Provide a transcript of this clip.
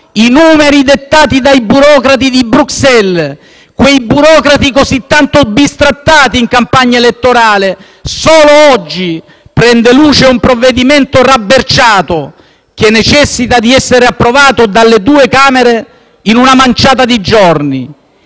i numeri dettati dai burocrati di Bruxelles (quei burocrati così tanto bistrattati in campagna elettorale), prende luce un provvedimento rabberciato, che necessita di essere approvato dalla due Camere in una manciata di giorni